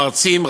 מרצים,